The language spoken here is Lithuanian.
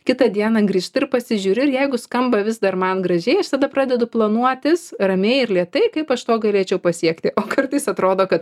kitą dieną grįžti ir pasižiūri ir jeigu skamba vis dar man gražiai aš tada pradedu planuotis ramiai ir lėtai kaip aš to galėčiau pasiekti o kartais atrodo kad